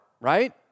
right